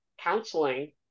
counseling